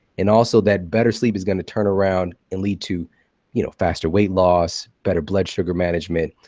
and also, that better sleep is going to turn around and lead to you know faster weight loss, better blood sugar management,